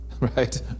Right